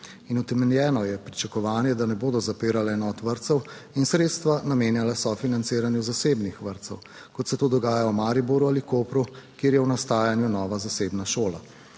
In utemeljeno je pričakovanje, da ne bodo zapirale enot vrtcev in sredstva namenjala sofinanciranju zasebnih vrtcev, kot se to dogaja v Mariboru ali Kopru, kjer je v nastajanju nova zasebna šola.